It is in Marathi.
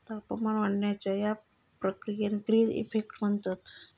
तापमान वाढण्याच्या या प्रक्रियेक ग्रीन इफेक्ट म्हणतत